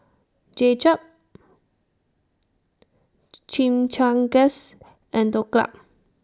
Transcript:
Japchae Chimichangas and Dhokla